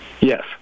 Yes